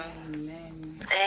Amen